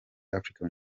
africa